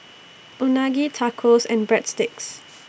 Unagi Tacos and Breadsticks